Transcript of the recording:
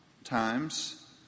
Times